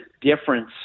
difference